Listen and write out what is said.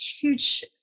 huge